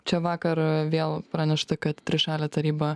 čia vakar vėl pranešta kad trišalė taryba